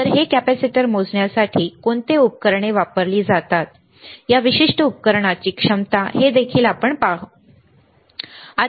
तर हे कॅपेसिटर मोजण्यासाठी कोणती उपकरणे वापरली जातात या विशिष्ट उपकरणाची क्षमता हे देखील आपण पाहू आहे